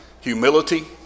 humility